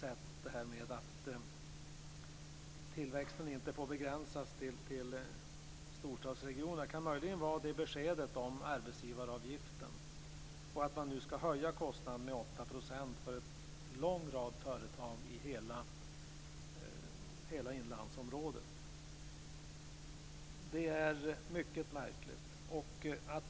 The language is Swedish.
Ett besked i frågan om att tillväxten inte får begränsas till storstadsregionerna kan möjligen vara det som nu händer med arbetsgivaravgiften, som nu ska höjas med 8 % för en lång rad företag i hela inlandsområdet. Det är mycket märkligt.